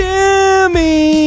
Jimmy